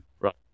Right